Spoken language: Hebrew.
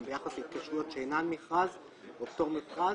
ביחס להתקשרויות שאינן מכרז או פטור ממכרז.